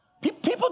People